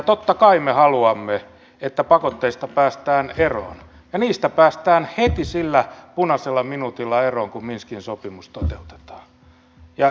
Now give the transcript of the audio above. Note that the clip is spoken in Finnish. totta kai me haluamme että pakotteista päästään eroon ja niistä päästään eroon heti sillä punaisella minuutilla kun minskin sopimus toteutetaan